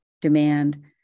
demand